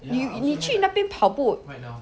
you 你去那边跑步